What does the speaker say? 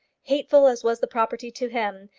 hateful as was the property to him,